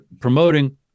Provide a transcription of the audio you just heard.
promoting